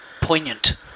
poignant